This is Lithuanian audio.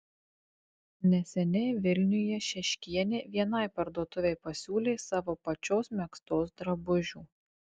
neseniai vilniuje šeškienė vienai parduotuvei pasiūlė savo pačios megztos drabužių